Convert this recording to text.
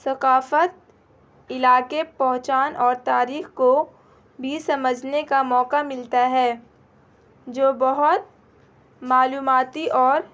ثقافت علاقے پہچان اور تاریخ کو بھی سمجھنے کا موقع ملتا ہے جو بہت معلوماتی اور